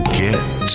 get